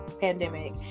pandemic